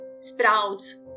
sprouts